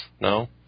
No